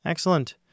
Excellent